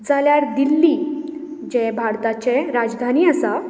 जाल्यार दिल्ली जें भारताचें राजधानी आसा